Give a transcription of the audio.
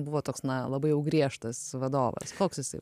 buvo toks na labai jau griežtas vadovas koks jisai